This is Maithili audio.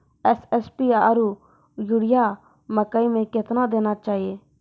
एस.एस.पी आरु यूरिया मकई मे कितना देना चाहिए?